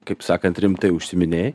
kaip sakant rimtai užsiiminėji